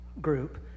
group